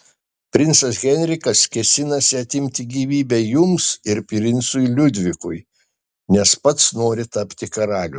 princas henrikas kėsinasi atimti gyvybę jums ir princui liudvikui nes pats nori tapti karaliumi